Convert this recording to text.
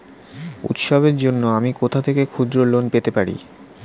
উৎসবের জন্য আমি কোথা থেকে ক্ষুদ্র লোন পেতে পারি?